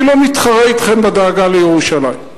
אני לא מתחרה אתכם בדאגה לירושלים,